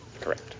Correct